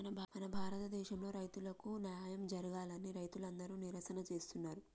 మన భారతదేసంలో రైతులకు న్యాయం జరగాలని రైతులందరు నిరసన చేస్తున్నరు